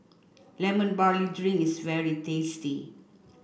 lemon barley drink is very tasty